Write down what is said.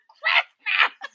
Christmas